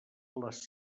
les